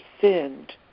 sinned